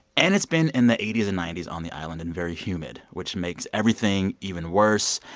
and it's been in the eighty s and ninety s on the island and very humid, which makes everything even worse.